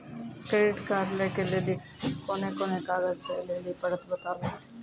Credit card लै के लेली कोने कोने कागज दे लेली पड़त बताबू?